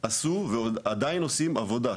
עשו ועדיין עושים עבודה.